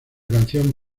canción